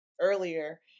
earlier